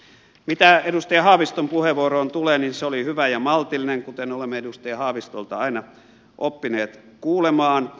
mitä edustaja haaviston puheenvuoroon tulee se oli hyvä ja maltillinen kuten olemme edustaja haavistolta aina oppineet kuulemaan